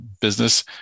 business